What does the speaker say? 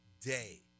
day